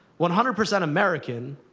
one hundred percent american,